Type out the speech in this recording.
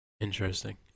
Interesting